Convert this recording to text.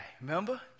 Remember